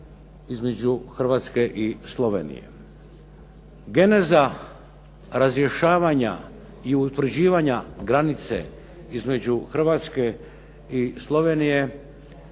između Hrvatske i Slovenije. Geneza razjašnjavanja i utvrđivanja granice između Hrvatske i Slovenije